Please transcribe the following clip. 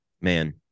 man